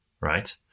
right